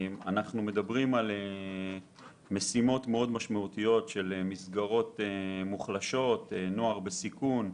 מדובר במשימות חשובות שמבוצעות בקרב נוער בסיכון,